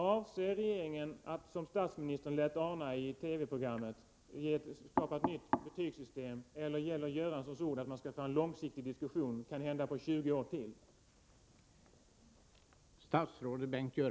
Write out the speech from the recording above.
Avser regeringen att, som statsministern lät ana i TV-programmet, skapa ett nytt betygssystem eller gäller Bengt Göranssons ord, att man skall föra en långsiktig diskussion — kanhända en diskussion under ytterligare 20 år?